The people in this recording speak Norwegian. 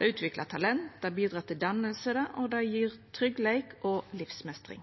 Det utviklar talent, det bidreg til danning, og det gjev tryggleik og livsmeistring.